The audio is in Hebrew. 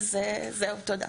תודה.